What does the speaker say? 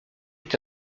est